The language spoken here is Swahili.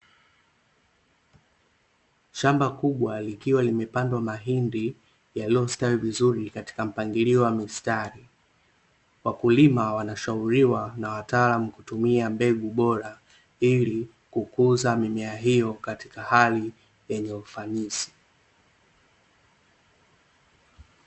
Shamba kubwa likiwa limepandwa mahindi yaliyostawi vizuri katika mpangilio wa mistari, wakulima wanashauriwa na wataalamu kutumia mbegu bora, ili kukuza mimea hiyo kwenye hali yenye ufanisi.